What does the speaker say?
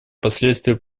последствия